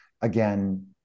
again